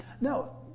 No